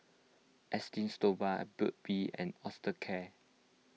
Esteem Stoma Burt's Bee and Osteocare